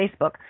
Facebook